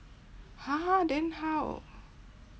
!huh! then how